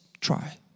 Try